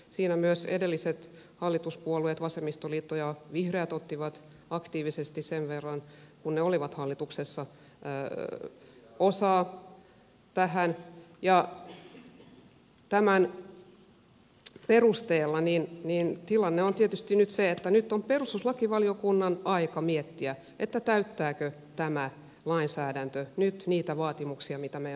siinä myös edelliset hallituspuolueet vasemmistoliitto ja vihreät ottivat aktiivisesti sen verran kuin olivat hallituksessa osaa tähän ja tämän perusteella tilanne on tietysti se että nyt on perustuslakivaliokunnan aika miettiä täyttääkö tämä lainsäädäntö nyt ne vaatimukset mitä meidän perustuslaissamme on